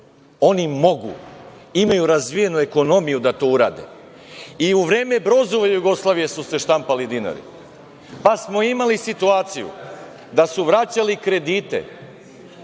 Oni mogu, imaju razvijenu ekonomiju da to urade. I, u vreme Brozove Jugoslavije su se štampali dinari, pa smo imali situaciju da su vraćali kredite